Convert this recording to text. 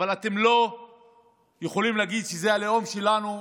אבל אתם לא יכולים להגיד שזה הלאום שלנו,